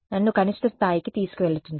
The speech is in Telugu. నన్ను కనిష్ట స్థాయికి తీసుకెళ్ళుతుంది